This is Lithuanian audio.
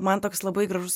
man toks labai gražus